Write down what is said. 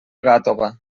gàtova